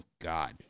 God